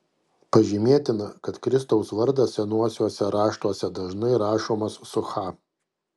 pažymėtina kad kristaus vardas senuosiuose raštuose dažnai rašomas su ch